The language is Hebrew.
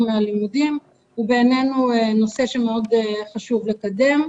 הלימודים הוא בעינינו נושא שמאוד חשוב לקדם.